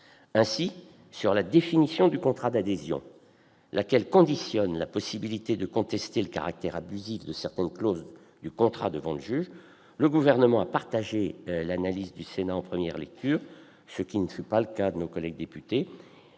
Ainsi, sur la définition du contrat d'adhésion, laquelle conditionne la possibilité de contester le caractère abusif de certaines clauses du contrat devant le juge, le Gouvernement avait partagé l'analyse du Sénat en première lecture, ce qui ne fut pas le cas de nos collègues députés.